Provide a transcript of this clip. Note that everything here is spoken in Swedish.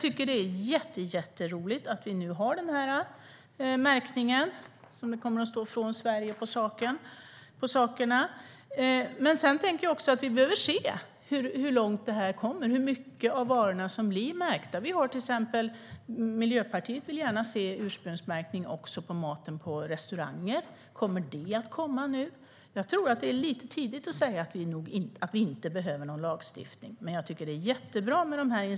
Det är jätteroligt att den här märkningen kommer nu, att det kommer att stå på sakerna att de är från Sverige. Men vi behöver se hur mycket av varorna som kommer att märkas. Miljöpartiet vill gärna se ursprungsmärkning också på maten på restauranger. Kommer det att komma nu? Det är lite tidigt att säga att vi inte behöver någon lagstiftning. Men initiativen är jättebra.